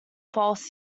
false